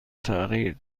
تغییر